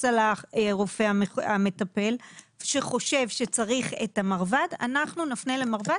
על הרופא המטפל שחושב שצריך את המרב"ד אנחנו נפנה למרב"ד,